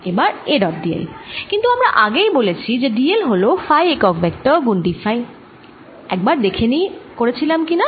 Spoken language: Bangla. এবার A ডট d l কিন্তু আমরা আগেই বলেছি যে d l হল ফাই একক ভেক্টর গুণ d ফাই একবার দেখে নিই করেছিলাম কি না